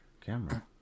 Camera